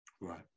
Right